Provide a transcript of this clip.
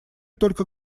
только